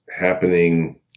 happening